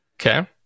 Okay